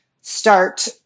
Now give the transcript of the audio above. start